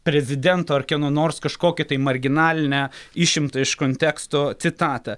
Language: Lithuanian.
prezidento ar kieno nors kažkokį tai marginalinę išimtą iš konteksto citatą